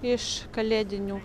iš kalėdinių